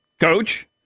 Coach